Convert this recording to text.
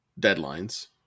deadlines